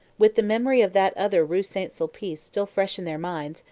with the memory of that other rue st. sulpice still fresh in their minds,